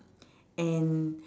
and